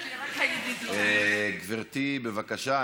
אדוני היושב-ראש,